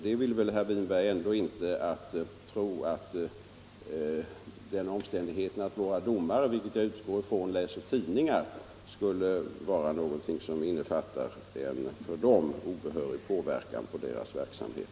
Men herr Winberg vill väl inte tro att den omständigheten att våra domare läser tidningar — vilket jag utgår från att de gör — skulle innebära en obehörig påverkan på deras verksamhet?